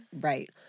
Right